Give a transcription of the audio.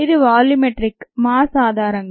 ఇది volumetric mass ఆధారంగా